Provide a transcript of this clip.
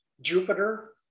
Jupiter